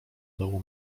dołu